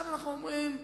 עכשיו אנחנו שואלים: